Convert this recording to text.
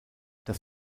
dass